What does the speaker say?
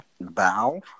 Bow